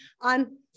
on